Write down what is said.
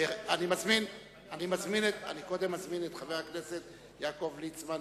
אני מזמין את חבר הכנסת יעקב ליצמן,